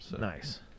Nice